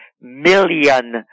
million